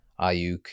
Ayuk